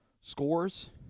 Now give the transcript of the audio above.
scores